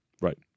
Right